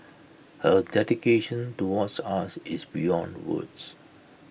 her dedication towards us is beyond words